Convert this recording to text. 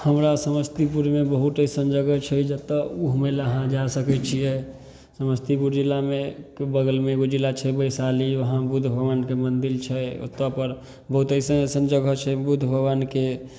हमरा समस्तीपुरमे बहुत अइसन जगह छै जतऽ ओ घुमैलए अहाँ जा सकै छिए समस्तीपुर जिलामे के बगलमे एगो जिला छै वैशाली वहाँ बुद्ध भगवानके मन्दिर छै ओतऽपर बहुत अइसन अइसन जगह छै बुद्ध भगवानके